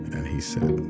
and he said,